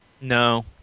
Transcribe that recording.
No